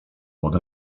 pod